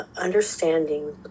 understanding